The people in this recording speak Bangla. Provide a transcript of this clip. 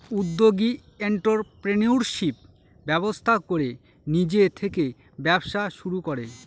উদ্যোগী এন্ট্ররপ্রেনিউরশিপ ব্যবস্থা করে নিজে থেকে ব্যবসা শুরু করে